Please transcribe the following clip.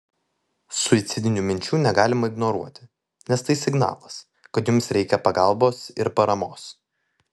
suicidinių minčių negalima ignoruoti nes tai signalas kad jums reikia pagalbos ir paramos